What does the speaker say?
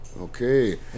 Okay